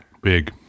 big